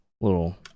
little